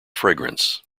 fragrance